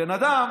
הבן אדם